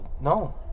No